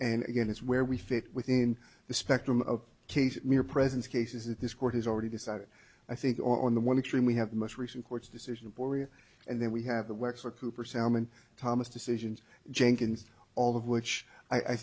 and again it's where we fit within the spectrum of cases mere presence cases that this court has already decided i think on the one extreme we have the most recent court's decision pouria and then we have the wexler cooper sam and thomas decisions jenkins all of which i